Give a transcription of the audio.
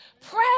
pray